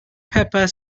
pepper